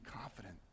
confident